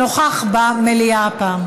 שנוכח במליאה הפעם,